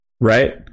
right